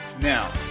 Now